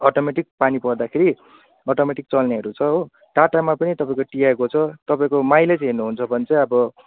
automatic पानी पर्दाखेरि automatic चल्नेहरू छ हो टाटामा पनि तपाईँको टियागो छ तपाईँको माइलेज हेर्नुहुन्छ भने चाहिँ अब